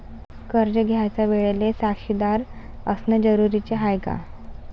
कर्ज घ्यायच्या वेळेले साक्षीदार असनं जरुरीच हाय का?